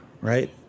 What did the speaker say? right